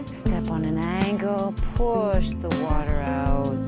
step on an angle push the water out,